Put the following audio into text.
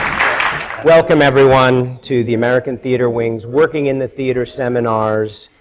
welcome, everyone, to the american theatre wing's working in the theatre seminars.